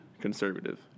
conservative